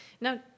now